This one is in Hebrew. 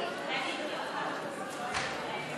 להעביר לוועדה את הצעת חוק שקיפות אינטרסים